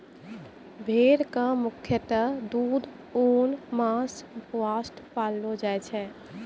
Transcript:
भेड़ कॅ मुख्यतः दूध, ऊन, मांस वास्तॅ पाललो जाय छै